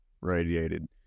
radiated